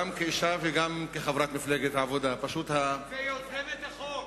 גם כאשה וגם כחברת מפלגת העבודה, ויוזמת החוק.